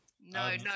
no